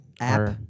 App